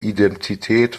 identität